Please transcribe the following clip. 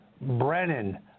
Brennan